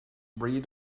breed